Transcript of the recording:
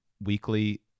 weekly